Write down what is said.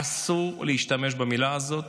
אסור להשתמש במילה הזאת.